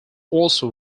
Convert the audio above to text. also